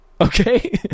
okay